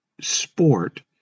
sport